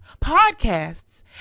podcasts